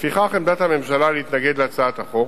לפיכך עמדת הממשלה היא להתנגד להצעת החוק.